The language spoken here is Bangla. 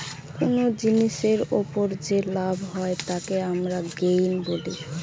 কুনো জিনিসের উপর যে লাভ হয় তাকে আমরা গেইন বলি